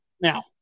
Now